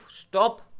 stop